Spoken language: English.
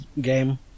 game